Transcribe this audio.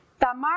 Tamar